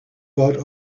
bought